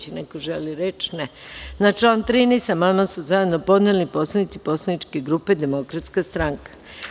Da li neko želi reč? (Ne) Na član 13. amandman su zajedno podneli poslanici Poslaničke grupe Demokratska stranka.